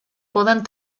poden